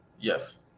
yes